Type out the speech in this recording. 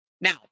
Now